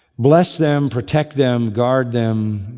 bless them, protect them, guard them,